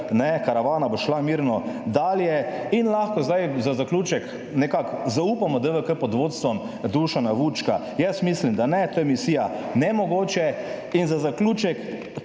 karavana bo šla mirno dalje. In lahko zdaj, za zaključek, nekako zaupamo DVK pod vodstvom Dušana Vučka. Jaz mislim, da ne, to je misija nemogoče. In za zaključek,